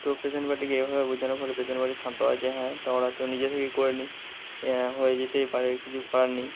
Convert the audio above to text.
তো পেসেন্ট পার্টিকে এভাবে বোঝানোর পরে পেসেন্ট পার্টি শান্ত হয় যে হ্যাঁ তা ওরা তো নিজে থেকে করে নি হ্যাঁ হয়ে যেতেই পারে কিছু করার নেই